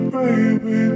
Baby